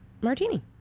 martini